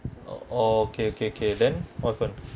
oh okay okay okay then what happen